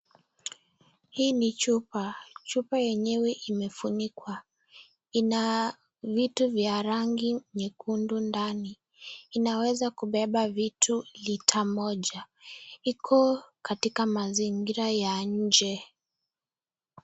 Hii ni chupa. Chupa yenyewe imefunikwa. Ina vitu vya rangi nyekundu ndani. Inaweza kubeba vitu lita moja. Iko katika mazingira ya nje.